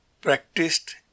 practiced